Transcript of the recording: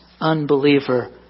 unbeliever